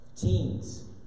teens